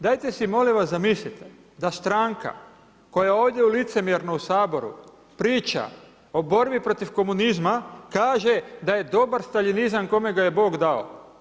Dajte si molim vas zamislite, da stranka, koja ovdje licemjerno u Saboru priča o borbi protiv komunizma, kaže da je dobar staljinizam, kome ga je Bog dao.